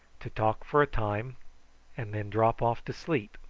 to talk for a time and then drop off to sleep,